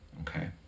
okay